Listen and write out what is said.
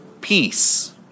Peace